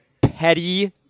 petty